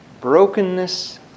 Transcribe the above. Brokenness